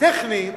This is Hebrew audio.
טכניים